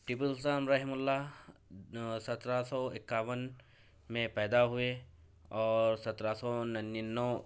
ٹیپو سلطان رحمہ اللہ سترہ سو اکیاون میں پیدا ہوئے اور سترہ سو ننانوے